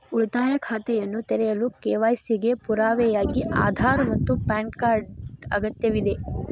ಉಳಿತಾಯ ಖಾತೆಯನ್ನು ತೆರೆಯಲು ಕೆ.ವೈ.ಸಿ ಗೆ ಪುರಾವೆಯಾಗಿ ಆಧಾರ್ ಮತ್ತು ಪ್ಯಾನ್ ಕಾರ್ಡ್ ಅಗತ್ಯವಿದೆ